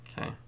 Okay